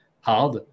hard